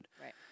Right